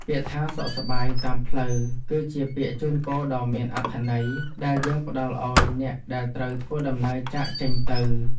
ពាក្យថាសុខសប្បាយតាមផ្លូវគឺជាពាក្យជូនពរដ៏មានអត្ថន័យដែលយើងផ្ដល់ឱ្យអ្នកដែលត្រូវធ្វើដំណើរចាកចេញទៅ។